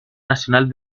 nacional